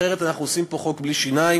אחרת אנחנו עושים פה חוק בלי שיניים,